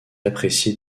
apprécié